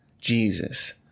Jesus